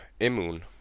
Emun